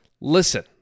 listen